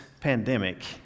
pandemic